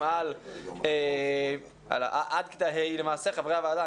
על עד כיתה ה' למעשה וחברי הוועדה,